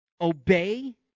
obey